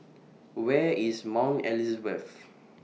Where IS Mount Elizabeth